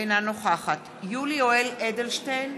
אינה נוכחת יולי יואל אדלשטיין,